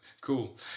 Cool